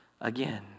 again